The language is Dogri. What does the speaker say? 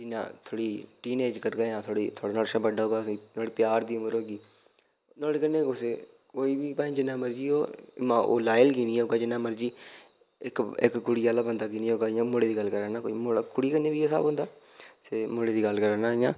इ'यां थोह्ड़ी टीन एज करगा